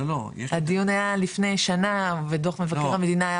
הדיון היה לפני שנה ודו"ח מבקר המדינה היה